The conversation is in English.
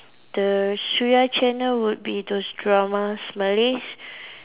the Suria channel would be those dramas Malays